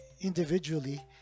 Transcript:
individually